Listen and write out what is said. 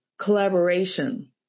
collaboration